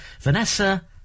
Vanessa